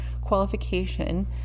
qualification